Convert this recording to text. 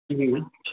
हूं